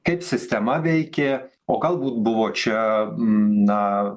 kaip sistema veikė o galbūt buvo čia na